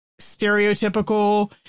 stereotypical